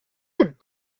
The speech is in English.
did